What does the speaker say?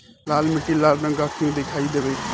लाल मीट्टी लाल रंग का क्यो दीखाई देबे?